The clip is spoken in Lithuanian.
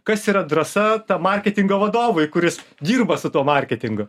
kas yra drąsa ta marketingo vadovui kuris dirba su tuo marketingu